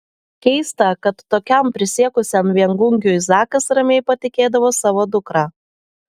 keista kad tokiam prisiekusiam viengungiui zakas ramiai patikėdavo savo dukrą